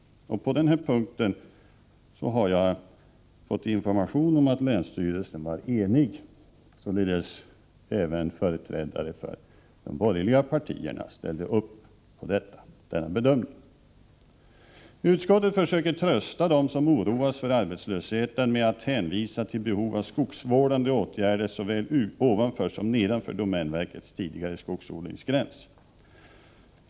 På den punkten har jag fått information om att länsstyrelsen var enig. Således ställde sig även de borgerliga partiernas företrädare bakom den bedömningen. Utskottet försöker trösta dem som oroas för arbetslöshet med att hänvisa till behov av skogsvårdande åtgärder såväl ovanför som nedanför domänverkets tidigare skogsodlingsgräns.